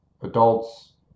adults